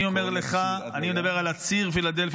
אני מדבר על ציר פילדלפי,